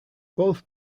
both